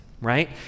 right